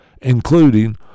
including